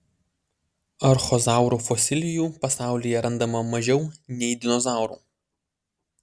archozaurų fosilijų pasaulyje randama mažiau nei dinozaurų